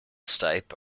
stipe